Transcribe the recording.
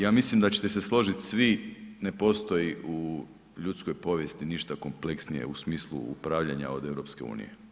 Ja mislim da ćete se složiti svi, ne postoji u ljudskoj povijesti ništa kompleksnije u smislu upravljanja od EU.